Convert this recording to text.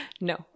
No